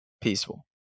peaceful